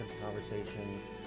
conversations